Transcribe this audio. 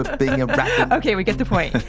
ah but you know but okay, we get the point!